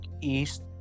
east